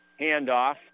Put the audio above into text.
handoff